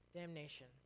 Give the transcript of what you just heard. damnation